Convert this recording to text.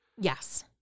Yes